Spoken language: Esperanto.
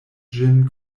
ĝin